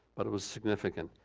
but it was significant.